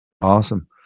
Awesome